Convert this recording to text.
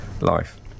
life